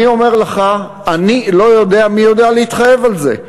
אני אומר לך, אני לא יודע מי יודע להתחייב על זה.